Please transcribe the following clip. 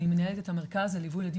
אני יושבת פה כדי להשמיע את הזעקה של הילדים